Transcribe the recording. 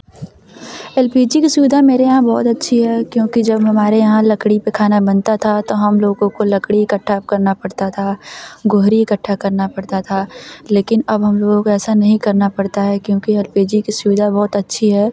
L P G की सुविधा मेरे यहाँ बहुत अच्छी है क्योंकि जब हमारे यहाँ लकड़ी पर खाना बनता था तो हम लोगों को लकड़ी इकट्ठा करना पड़ता था गोहरी इकट्ठा करना पड़ता था लेकिन अब हम लोगों को ऐसा नहीं करना पड़ता है क्योंकि एर पी जी की सुविधा बहुत अच्छी है